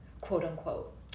quote-unquote